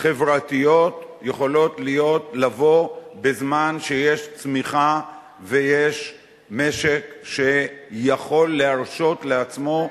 חברתיות יכולים לבוא בזמן שיש צמיחה ויש משק שיכול להרשות לעצמו להפריש,